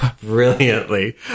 brilliantly